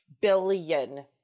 Billion